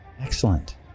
Excellent